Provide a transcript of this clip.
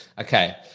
Okay